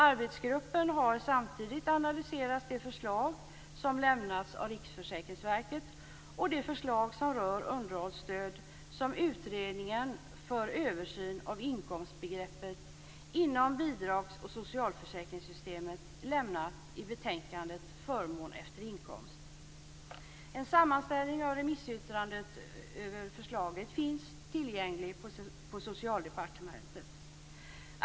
Arbetsgruppen har samtidigt analyserat de förslag som lämnats av Riksförsäkringsverket och de förslag som rör underhållsstöd som Utredningen för översyn av inkomstbegreppet inom bidrags och socialförsäkringssystemen lämnat i betänkandet Förmån efter inkomst. En sammanställning av remissyttrandena över förslagen finns tillgänglig på Socialdepartementet.